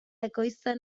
ekoizten